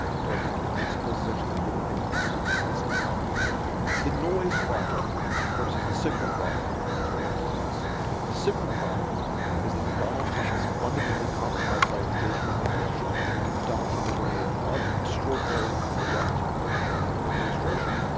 do i think a nancy pelosi is actually gonna get anything done and passed? no the noise problem versus the signal problem here so we have to face the signal problem is that donald trump was fundamentally compromised by engagement with russia the donald trump is running an extraordinarily corrupt administration.